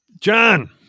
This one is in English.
John